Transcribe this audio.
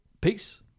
Peace